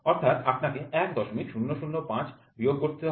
অর্থাৎ আপনাকে ১০০৫ বিয়োগ করতে হবে